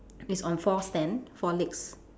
it's on four stand four legs